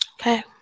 Okay